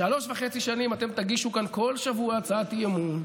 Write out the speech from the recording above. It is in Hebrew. שלוש וחצי שנים אתם תגישו כאן כל שבוע הצעת אי-אמון,